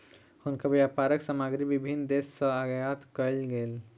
हुनकर व्यापारक सामग्री विभिन्न देस सॅ आयात कयल गेल